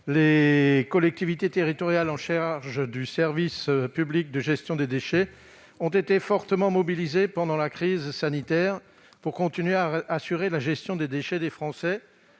Les collectivités territoriales en charge du service public de gestion des déchets ont été fortement mobilisées pendant la crise sanitaire pour continuer à assurer la gestion des déchets des Français